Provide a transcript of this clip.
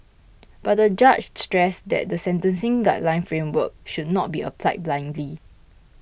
but the judge stressed that the sentencing guideline framework should not be applied blindly